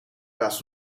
plaats